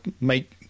make